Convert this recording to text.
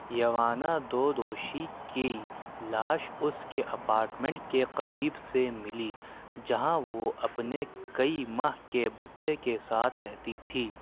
یوانا دودوشی کی لاش اُس کے اپارٹمنٹ کے قریب سے مِلی جہاں وہ اپنے کئی ماہ کے بچے کے ساتھ رہتی تھی